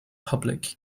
public